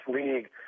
league